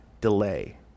delay